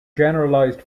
generalised